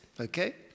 okay